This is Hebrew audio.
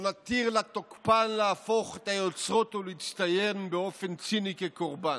לא נתיר לתוקפן להפוך את היוצרות ולהצטייר באופן ציני כקורבן.